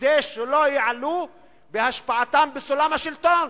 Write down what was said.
כדי שלא יעלו בהשפעתם בסולם השלטון.